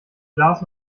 glas